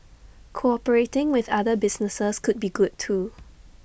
cooperating with other businesses could be good too